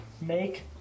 make